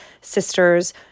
sisters